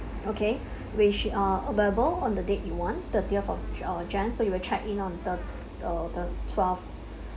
okay which uh available on the date you want thirtieth of uh jan so you will check in on thir~ uh the twelfth